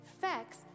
Facts